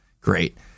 great